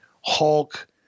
Hulk